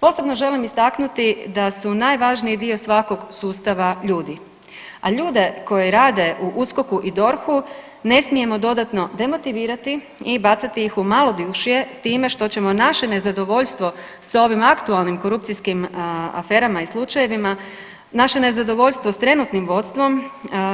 Posebno želim istaknuti da su najvažniji dio svakog sustava ljudi, a ljude koji rade u USKOK-u i DORH-u ne smijemo dodatno demotivirati i bacati ih u malodušje time što ćemo naše nezadovoljstvo sa ovim aktualnim korupcijskim aferama i slučajevima naše nezadovoljstvo sa trenutnim vodstvom,